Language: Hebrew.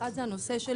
אחת זה הנושא של